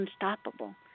unstoppable